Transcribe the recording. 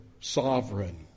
sovereign